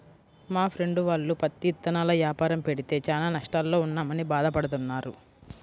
మా ఫ్రెండు వాళ్ళు పత్తి ఇత్తనాల యాపారం పెడితే చానా నష్టాల్లో ఉన్నామని భాధ పడతన్నారు